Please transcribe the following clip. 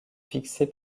fixé